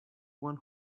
one